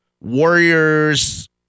warriors